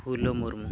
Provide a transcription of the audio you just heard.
Phulo Murmu